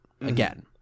again